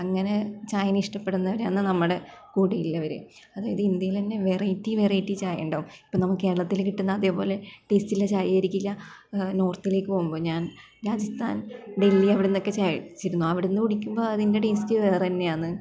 അങ്ങനെ ചായനെ ഇഷ്ടപ്പെടുന്നവരാണ് നമ്മുടെ കൂടെയുള്ളവർ അതായത് ഇന്ത്യയിലെ തന്നെ വെറൈറ്റി വെറൈറ്റി ചായ ഉണ്ടാവും ഇപ്പം നമുക്ക് കേരളത്തില് കിട്ടുന്ന അതെപോലെ ടെസ്റ്റുള്ള ചായ ആയിരിക്കില്ല നോര്ത്തിലേക്ക് പോകുമ്പം ഞാന് രാജസ്ഥാന് ഡല്ഹി അവിടുന്നൊക്കെ ചായ കുടിച്ചിരുന്നു അവിടെ നിന്ന് കുടിക്കുമ്പോള് അതിന്റെ ടെസ്റ്റ് വേറെ തന്നെയാണ്